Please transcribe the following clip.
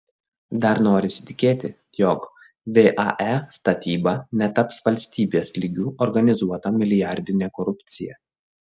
dar norisi tikėti jog vae statyba netaps valstybės lygiu organizuota milijardine korupcija